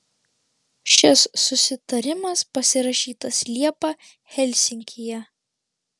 šis susitarimas pasirašytas liepą helsinkyje